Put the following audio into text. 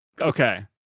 okay